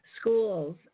schools